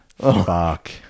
Fuck